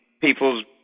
people's